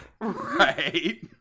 Right